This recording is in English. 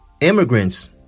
immigrants